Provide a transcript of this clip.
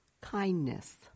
kindness